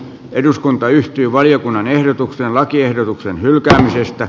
eduskunta yhtyi valiokunnan ehdotukseen lakiehdotuksen hylkäämistä